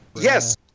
Yes